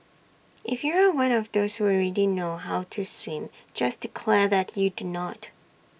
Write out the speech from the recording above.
if you are one of those who already know how to swim just declare that you do not